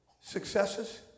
successes